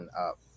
up